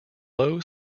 low